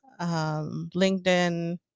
LinkedIn